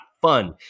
fun